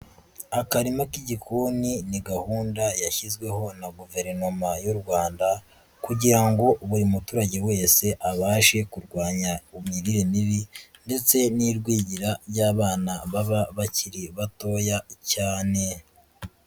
Akarima k'igikoni ni gahunda yashyizweho na Guverinoma y'u Rwanda, kugira ngo buri muturage wese abashe kurwanya imirire mibi ndetse n'igwingira ry'abana baba bakiri batoya cyane.